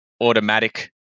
automatic